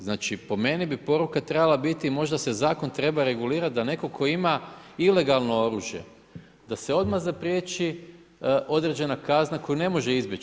Znači po meni bi poruka trebala biti možda se zakon treba regulirati da netko tko ima ilegalno oružje da se odmah zapriječi određena kazna koju ne može izbjeći.